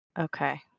Okay